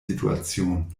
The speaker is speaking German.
situation